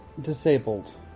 Disabled